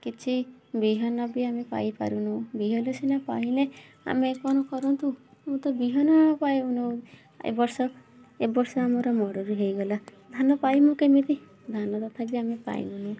କିଛି ବିହନ ବି ଆମେ ପାଇପାରୁନୁ ବିହନ ସିନା ପାଇଲେ ଆମେ କ'ଣ କରନ୍ତୁ ମୁଁ ତ ବିହନ ପାଇନୁ ଏବର୍ଷ ଏ ବର୍ଷ ଆମର ମରୁଡ଼ି ହେଇଗଲା ଧାନ ପାଇମୁ କେମିତି ଧାନ ତଥାପି ଆମେ ପାଇବୁନୁ